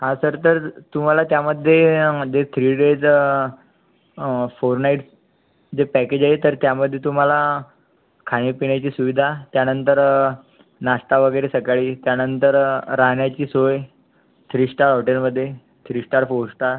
हा सर तर तुम्हाला त्यामध्ये मध्ये थ्री डेज फोर नाइट जे पॅकेज आहे तर त्यामध्ये तुम्हाला खाण्यापिण्याची सुविधा त्यानंतर नाश्ता वगैरे सकाळी त्यानंतर राहण्याची सोय थ्री स्टार हॉटेलमध्ये थ्री स्टार फोर स्टार